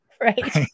Right